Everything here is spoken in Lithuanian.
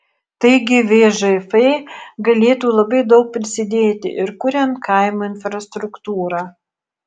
taigi vžf galėtų labai daug prisidėti ir kuriant kaimo infrastruktūrą